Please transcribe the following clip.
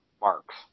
marks